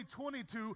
2022